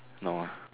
no ah